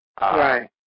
Right